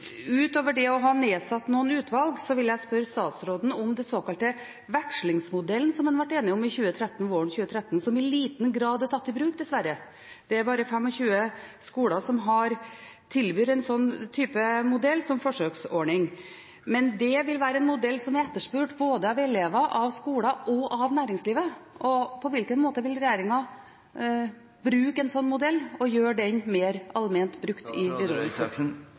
Utover det å ha satt ned noen utvalg vil jeg spørre statsråden om den såkalte vekslingsmodellen som en ble enig om våren 2013, som i liten grad er tatt i bruk, dessverre. Det er bare 25 skoler som tilbyr en slik type modell som forsøksordning, men det vil være en modell som er etterspurt av både elever, skoler og næringslivet. På hvilken måte vil regjeringen bruke en slik modell og gjøre den mer allment brukt?